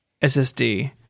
SSD